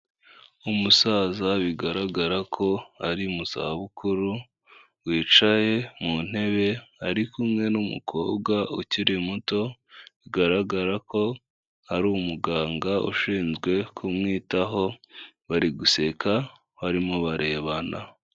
Umusaza bigaragara ko ari mu zabukuru wicaye mu ntebe ari kumwe n'umukobwa ukiri muto bigaragara ko ari umuganga ushinzwe kumwitaho bari guseka barimo barebana.